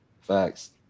Facts